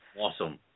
awesome